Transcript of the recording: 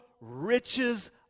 riches